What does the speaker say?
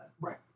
Right